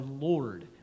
Lord